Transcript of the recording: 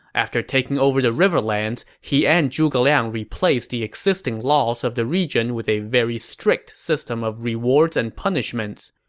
after taking over the riverlands, he and zhuge liang replaced the existing laws of the region with a very strict system of rewards and punishments.